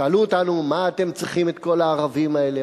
שאלו אותנו, מה אתם צריכים את כל הערבים האלה?